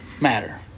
matter